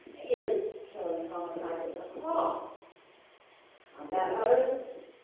is killing traumatizing across combat veterans,